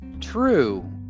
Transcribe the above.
true